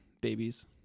babies